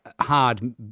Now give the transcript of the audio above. hard